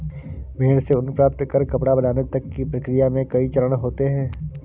भेड़ से ऊन प्राप्त कर कपड़ा बनाने तक की प्रक्रिया में कई चरण होते हैं